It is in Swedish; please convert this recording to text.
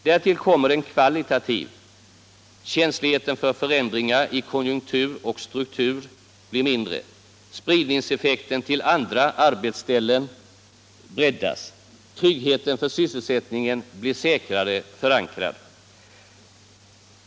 Därtill kommer en kvalitativ. Känsligheten för förändringar i konjunktur och struktur blir mindre. Spridningen till andra arbetsställen breddas. Tryggheten för sysselsättningen blir säkrare förankrad.